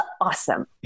awesome